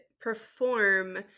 perform